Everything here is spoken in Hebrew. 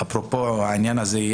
אפרופו העניין הזה,